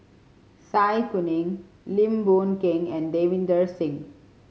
Zai Kuning Lim Boon Keng and Davinder Singh